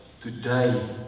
today